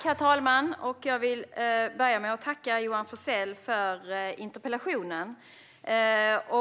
Herr talman! Jag vill börja med att tacka Johan Forssell för interpellationen.